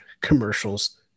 commercials